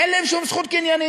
אין להם שום זכות קניינית,